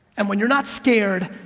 and when you're not scared,